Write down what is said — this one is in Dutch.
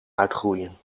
uitgroeien